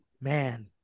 man